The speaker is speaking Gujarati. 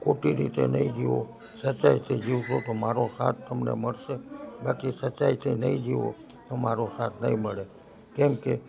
ખોટી રીતે નહીં જીવો સચ્ચાઈથી જીવશો તો મારો સાથ તમને મળશે બાકી સચ્ચાઈથી નહીં જીવો તો મારો સાથ નહીં મળે કેમ કે